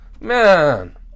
Man